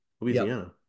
Louisiana